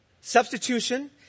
substitution